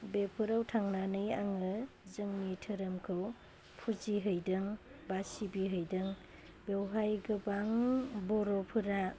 बेफोराव थांनानै आङो जोंनि धोरोमखौ फुजिहैदों बा सिबिहैदों बेवहाय गोबां बर'फोरा